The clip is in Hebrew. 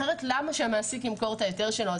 אחרת למה שהמעסיק ימכור את ההיתר שלו?